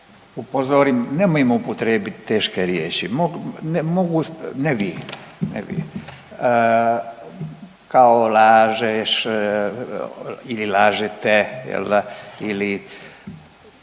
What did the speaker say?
upozorim nemojmo upotrijebiti teške riječi mogu, ne vi, ne vi, kao lažeš ili lažete jel da ili,